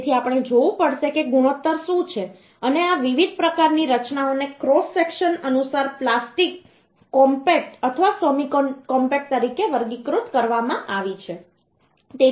તેથી આપણે જોવું પડશે કે ગુણોત્તર શું છે અને આ વિવિધ પ્રકારની રચનાઓને ક્રોસ સેક્શન અનુસાર પ્લાસ્ટિક કોમ્પેક્ટ અથવા સેમી કોમ્પેક્ટ તરીકે વર્ગીકૃત કરવામાં આવી છે